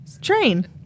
Train